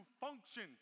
function